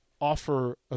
offer